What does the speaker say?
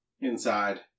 inside